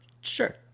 Sure